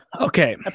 Okay